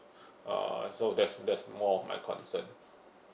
uh so that's that's more of my concern